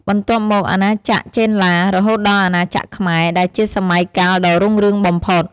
បន្ទាប់មកអាណាចក្រចេនឡា រហូតដល់អាណាចក្រខ្មែរ ដែលជាសម័យកាលដ៏រុងរឿងបំផុត។